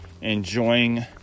enjoying